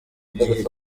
igihe